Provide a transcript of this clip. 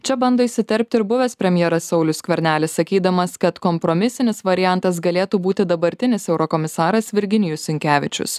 čia bando įsiterpt ir buvęs premjeras saulius skvernelis sakydamas kad kompromisinis variantas galėtų būti dabartinis eurokomisaras virginijus sinkevičius